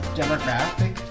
demographic